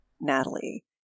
Natalie